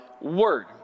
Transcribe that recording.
word